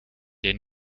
der